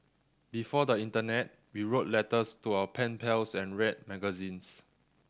before the internet we wrote letters to our pen pals and read magazines